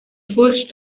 first